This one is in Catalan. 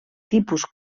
tipus